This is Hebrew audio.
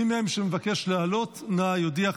מי מהם שמבקש לעלות, נא יודיע.